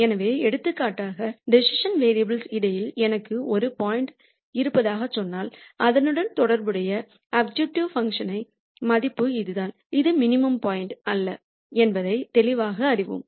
எனவே எடுத்துக்காட்டாக டிசிசன் வேரியபுல்களின் இடைவெளியில் எனக்கு ஒரு பாயிண்ட் இருப்பதாகச் சொன்னால் அதனுடன் தொடர்புடைய அப்ஜெக்டிவ் பங்க்ஷன் மதிப்பு இதுதான் அது மினிமம் பாயிண்ட் அல்ல என்பதை தெளிவாக அறிவோம்